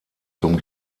zum